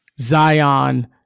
Zion